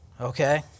okay